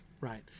right